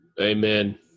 Amen